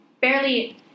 barely